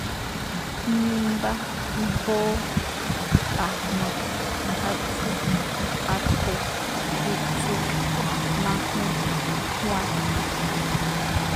Nimbá, mbóó, a̱jma̱, atsú, akho̱, witsu, majuun, juwan.